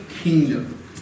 kingdom